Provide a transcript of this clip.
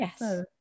Yes